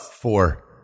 Four